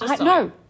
No